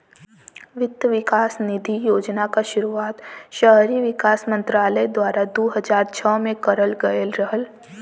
वित्त विकास निधि योजना क शुरुआत शहरी विकास मंत्रालय द्वारा दू हज़ार छह में करल गयल रहल